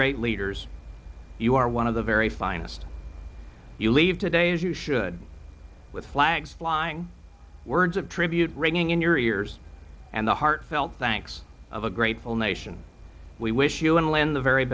great leaders you are one of the very finest you leave today as you should with flags flying words of tribute ringing in your ears and the heartfelt thanks of a grateful nation we wish you and len the very